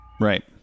Right